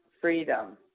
freedom